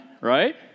right